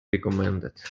recommended